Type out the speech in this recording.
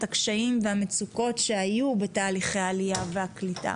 הקשיים ואת המצוקות שהיו בתהליכי העלייה והקליטה